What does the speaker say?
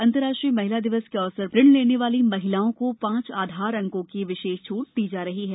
अंतर्राष्ट्रीय महिला दिवस के अवसर पर ऋण लेने वाली महिलाओं को पांच आधार अंकों की विशेष छूट दी जा रही है